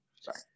sorry